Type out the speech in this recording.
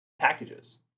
packages